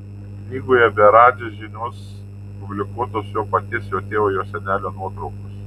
knygoje be radži žinios publikuotos jo paties jo tėvo jo senelio nuotraukos